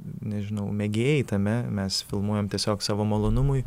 nežinau mėgėjai tame mes filmuojam tiesiog savo malonumui